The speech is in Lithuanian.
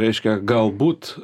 reiškia galbūt